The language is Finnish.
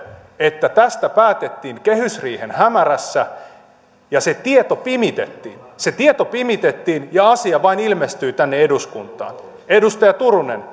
että tästä päätettiin kehysriihen hämärässä ja se tieto pimitettiin se tieto pimitettiin ja asia vain ilmestyi tänne eduskuntaan edustaja turunen